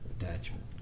attachment